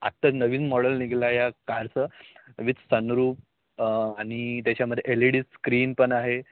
आत्ता नवीन मॉडेल निघाला या कारचं विथ सनरूफ आणि त्याच्यामध्ये एल ई डी स्क्रीन पण आहे